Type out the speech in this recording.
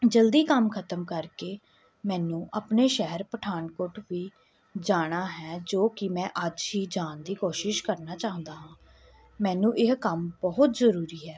ਜਲਦੀ ਕੰਮ ਖਤਮ ਕਰਕੇ ਮੈਨੂੰ ਆਪਣੇ ਸ਼ਹਿਰ ਪਠਾਨਕੋਟ ਵੀ ਜਾਣਾ ਹੈ ਜੋ ਕਿ ਮੈਂ ਅੱਜ ਹੀ ਜਾਣ ਦੀ ਕੋਸ਼ਿਸ਼ ਕਰਨਾ ਚਾਹੁੰਦਾ ਮੈਨੂੰ ਇਹ ਕੰਮ ਬਹੁਤ ਜ਼ਰੂਰੀ ਹੈ